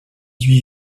huit